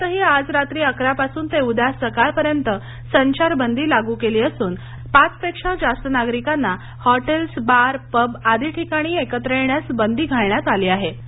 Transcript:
महाराष्ट्रातही आज रात्री अकरापासून ते उद्या सकाळी संचारबंदी लागू केली असून पाच पेक्षा जास्त नागरिकांना हॉटेल्स बार पब आदी ठिकाणी एकत्र येण्यास बंदी घालण्यात आली आहे